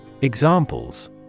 Examples